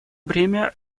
бремя